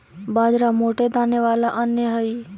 बाजरा मोटे दाने वाला अन्य हई